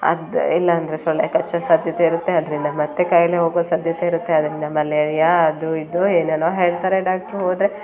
ಅದು ಇಲ್ಲಾಂದರೆ ಸೊಳ್ಳೆ ಕಚ್ಚೋ ಸಾಧ್ಯತೆ ಇರುತ್ತೆ ಅದರಿಂದ ಮತ್ತೆ ಕಾಯಿಲೆ ಹೋಗೊ ಸಾಧ್ಯತೆ ಇರುತ್ತೆ ಅದರಿಂದ ಮಲೇರಿಯ ಅದು ಇದು ಏನೇನೊ ಹೇಳ್ತಾರೆ ಡಾಕ್ಟ್ರು ಹೋದರೆ